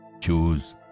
choose